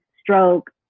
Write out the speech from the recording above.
stroke